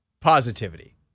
Positivity